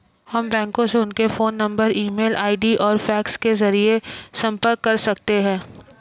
हम बैंकों से उनके phone number e mail ID और फैक्स के जरिए संपर्क कर सकते हैं